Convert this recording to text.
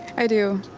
i do.